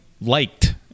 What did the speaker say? liked